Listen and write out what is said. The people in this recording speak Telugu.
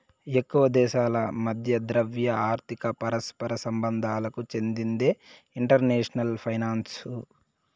ఎక్కువ దేశాల మధ్య ద్రవ్య, ఆర్థిక పరస్పర సంబంధాలకు చెందిందే ఇంటర్నేషనల్ ఫైనాన్సు